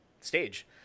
stage